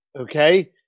okay